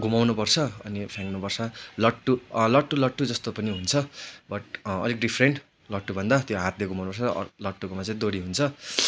घुमाउनु पर्छ अनि फ्याँक्नु पर्छ लट्टु लट्टु लट्टु जस्तो पनि हुन्छ बट अलिक डिफरेन्ट लट्टुभन्दा त्यो हातले घुमाउनु पर्छ लट्टुकोमा चाहिँ डोरी हुन्छ